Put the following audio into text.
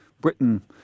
Britain